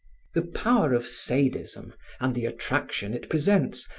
the power of sadism and the attraction it presents,